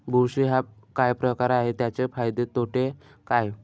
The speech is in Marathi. बुरशी हा काय प्रकार आहे, त्याचे फायदे तोटे काय?